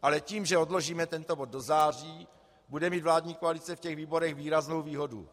Ale tím, že odložíme tento bod do září, bude mít vládní koalice ve výborech výraznou výhodu.